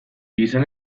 izan